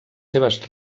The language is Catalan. seves